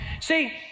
See